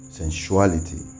sensuality